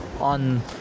on